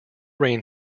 rain